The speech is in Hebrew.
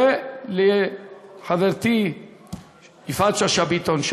וחברתי יפעת שאשא ביטון,